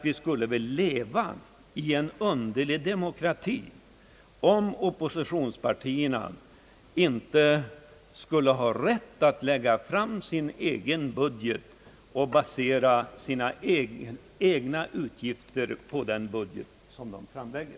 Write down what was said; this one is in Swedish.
Vi skulle väl leva i en underlig demokrati om oppositionspartierna inte skulle ha rätt att lägga fram sin egen budget och basera sina egna utgiftsförslag på den budget som de framlägger.